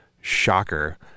Shocker